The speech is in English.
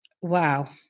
Wow